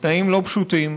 בתנאים לא פשוטים: